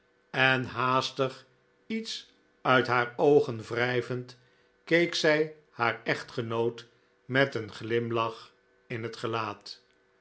en haastig iets uit haar oogen wrijvend keek zij haar echtgenoot met een glimlach in het gelaat